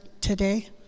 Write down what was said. today